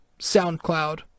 SoundCloud